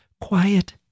quiet